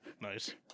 Nice